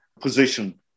position